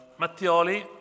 Mattioli